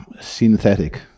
synthetic